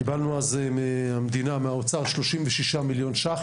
בזמנו קיבלנו מהמדינה כ-36 מיליון שקלים,